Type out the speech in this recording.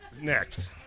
Next